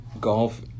golf